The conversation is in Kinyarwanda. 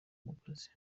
mukazi